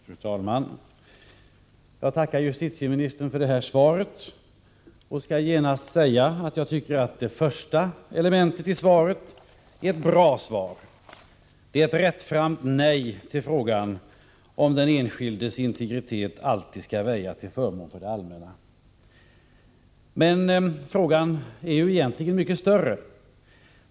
Fru talman! Jag tackar justitieministern för det här svaret. Jag skall genast säga att jag tycker att det första elementet i svaret är bra. Det är ett rättframt nej på frågan om den enskildes integritet alltid skall väja till förmån för det allmänna. Men frågan är egentligen mycket större än så.